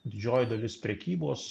didžioji dalis prekybos